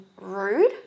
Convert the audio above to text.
rude